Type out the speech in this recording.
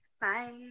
Bye